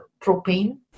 propane